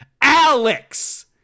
Alex